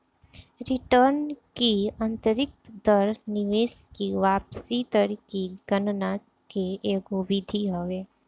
return की आतंरिक दर निवेश की वापसी दर की गणना के एगो विधि हवे